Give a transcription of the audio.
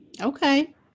okay